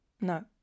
no